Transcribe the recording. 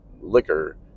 liquor